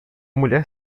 mulher